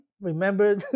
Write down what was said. remember